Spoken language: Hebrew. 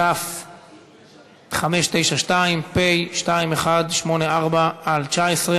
כ/592, פ/2184/19.